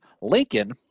lincoln